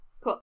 Cool